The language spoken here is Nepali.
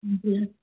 हजुर